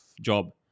job